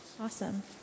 Awesome